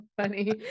funny